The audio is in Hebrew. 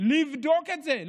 לבדוק את זה.